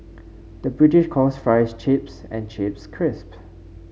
the British calls fries chips and chips crisp